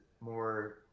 more